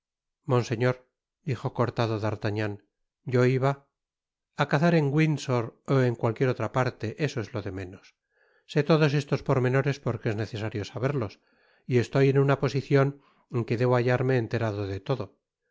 monseñor dijo cortado d'artagnan yo iba a cazar en windsor ó en cualquiera otra parte eso es lo de menos sé todos estos pormenores porque necesito saberlos y estoy en una posicion en que debo hallarme enterado de todo